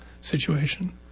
situation